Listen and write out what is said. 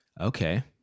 Okay